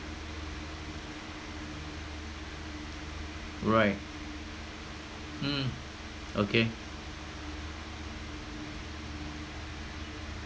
right mm okay